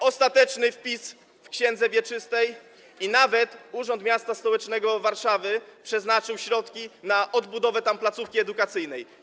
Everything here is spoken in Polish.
ostateczny wpis w księdze wieczystej i nawet Urząd Miasta Stołecznego Warszawy przeznaczył środki na odbudowę tam placówki edukacyjnej.